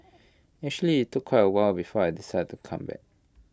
actually IT took quite A while before I decided to come back